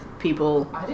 people